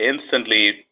instantly